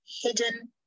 hidden